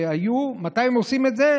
שהיו, מתי הם עושים את זה?